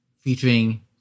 featuring